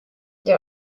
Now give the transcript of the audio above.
they